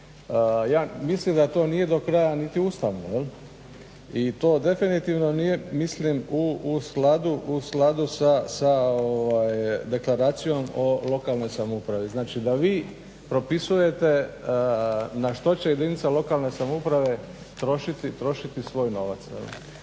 Ja mislim da to nije do kraja niti ustavno. I to definitivno nije, mislim u skladu sa deklaracijom o lokalnoj samoupravi. Znači, da vi propisujete na što će jedinica lokalne samouprave trošiti svoj novac.